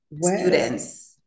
students